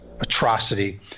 atrocity